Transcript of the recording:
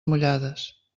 mullades